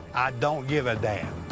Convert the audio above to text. don't give a damn.